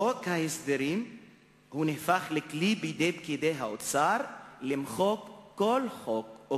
חוק ההסדרים הפך לכלי בידי פקידי האוצר למחוק כל חוק או